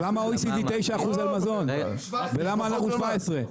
אז למה ה-OECD 9% על מזון ולמה אנחנו 17%?